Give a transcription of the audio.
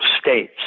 states